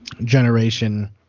generation –